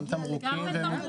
אני לא חושב.